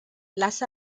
las